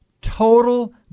Total